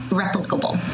replicable